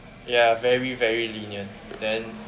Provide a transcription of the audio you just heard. ya very very lenient then